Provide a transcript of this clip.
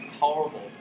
horrible